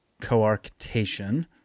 coarctation